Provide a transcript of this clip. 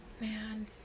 Man